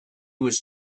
was